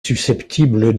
susceptible